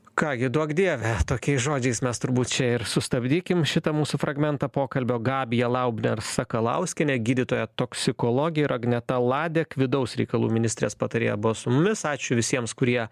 ką gi duok dieve tokiais žodžiais mes turbūt čia ir sustabdykim šitą mūsų fragmentą pokalbio gabija laubner sakalauskienė gydytoja toksikologė ir agneta ladek vidaus reikalų ministrės patarėja buvo su mumis ačiū visiems kurie